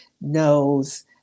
knows